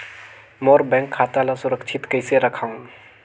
मोर bank खाता ला सुरक्षित कइसे रखव?